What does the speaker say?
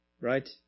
Right